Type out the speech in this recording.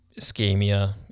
ischemia